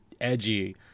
edgy